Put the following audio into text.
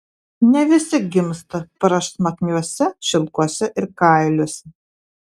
ne visi gimsta prašmatniuose šilkuose ir kailiuose